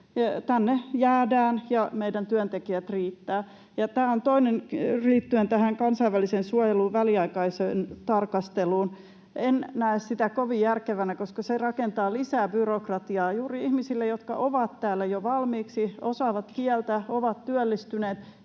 tänne jäädään ja meillä työntekijöitä riittää. Ja toinen asia liittyen tähän kansainvälisen suojelun väliaikaiseen tarkasteluun. En näe sitä kovin järkevänä, koska se rakentaa lisää byrokratiaa juuri ihmisille, jotka ovat täällä jo valmiiksi, osaavat kieltä, ovat työllistyneet.